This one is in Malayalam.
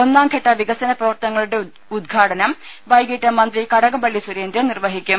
ഒന്നാംഘട്ട വികസന പ്രവർത്തനങ്ങളുടെ ഉദ് ഘാടനം വൈകിട്ട് മന്ത്രി കടകംപള്ളി സുരേന്ദ്രൻ നിർവഹിക്കും